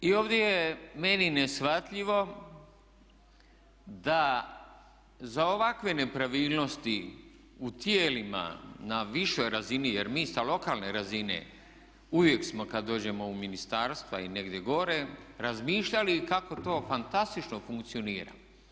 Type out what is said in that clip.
I ovdje je meni neshvatljivo da za ovakve nepravilnosti u tijelima na višoj razini jer mi sa lokalne razine uvijek smo kad dođemo u ministarstva i negdje gore razmišljali kako to fantastično funkcionira.